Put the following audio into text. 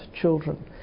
children